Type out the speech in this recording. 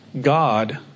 God